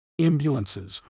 ambulances